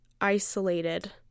isolated